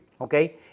Okay